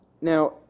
Now